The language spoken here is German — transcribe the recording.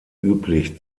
üblich